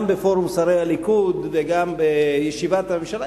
גם בפורום שרי הליכוד וגם בישיבת הממשלה,